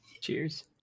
Cheers